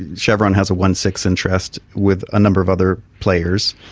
chevron has a one-sixth interest with a number of other players,